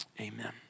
Amen